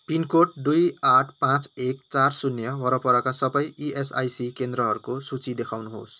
pin code दुई आठ पाँच एक चार शून्य वरपरका सबै इएसआइसी केन्द्रहरूको सूची देखाउनुहोस्